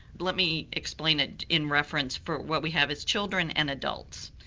let me explain it in reference for what we have as children and adults.